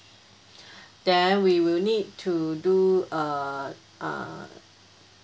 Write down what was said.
then we will need to do uh uh